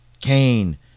Cain